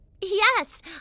Yes